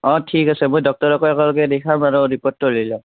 অঁ ঠিক আছে মই ডক্তৰকো একেলগে দেখুৱাম আৰু ৰিপৰ্টটোও লৈ ল'ম